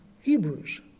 Hebrews